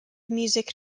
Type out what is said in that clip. music